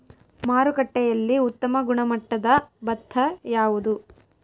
ಮಾರುಕಟ್ಟೆಯಲ್ಲಿ ಉತ್ತಮ ಗುಣಮಟ್ಟದ ಭತ್ತ ಯಾವುದು?